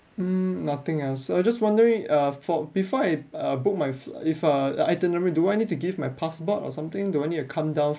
mm nothing else so I just wondering err for before I err book my fli~ if uh itinerary do I need to give my passport or something do I need to come down